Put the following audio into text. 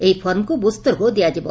ଏହି ଫର୍ମକୁ ବୁଥସ୍ତରକୁ ଦିଆଯିବ